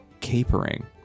capering